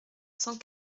cent